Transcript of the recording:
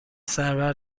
سرور